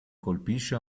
colpisce